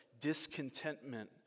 discontentment